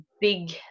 big